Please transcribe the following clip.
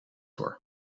voor